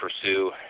pursue